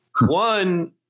One